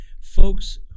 folks